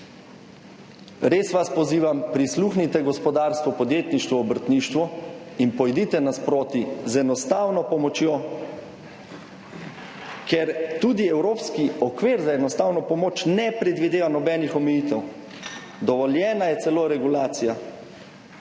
res vas pozivam, prisluhnite gospodarstvu, podjetništvu, obrtništvu in pojdite nasproti z enostavno pomočjo, ker tudi evropski okvir za enostavno pomoč ne predvideva nobenih omejitev. Dovoljena je celo regulacija